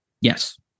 Yes